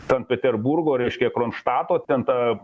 sankt peterburgo reiškia kronštato ten ta